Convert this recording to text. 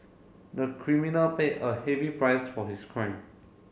the criminal paid a heavy price for his crime